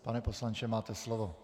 Pane poslanče, máte slovo.